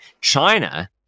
China